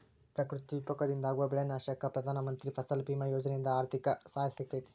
ಪ್ರಕೃತಿ ವಿಕೋಪದಿಂದಾಗೋ ಬೆಳಿ ನಾಶಕ್ಕ ಪ್ರಧಾನ ಮಂತ್ರಿ ಫಸಲ್ ಬಿಮಾ ಯೋಜನೆಯಿಂದ ಆರ್ಥಿಕ ಸಹಾಯ ಸಿಗತೇತಿ